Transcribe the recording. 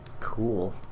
Cool